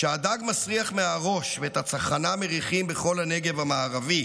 כשהדג מסריח מהראש ואת הצחנה מריחים בכל הנגב המערבי,